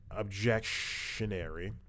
objectionary